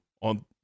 on